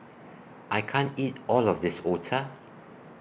I can't eat All of This Otah